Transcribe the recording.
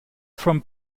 from